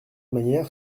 manière